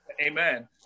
Amen